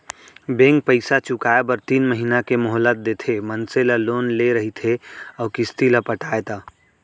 bank पइसा चुकाए बर तीन महिना के मोहलत देथे मनसे ला लोन ले रहिथे अउ किस्ती ल पटाय ता